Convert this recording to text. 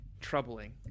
troubling